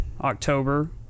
october